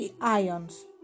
ions